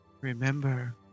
Remember